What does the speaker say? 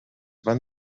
van